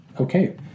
okay